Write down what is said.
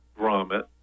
grommet